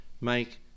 make